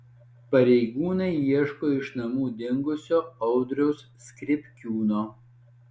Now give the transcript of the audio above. pareigūnai ieško iš namų dingusio audriaus skripkiūno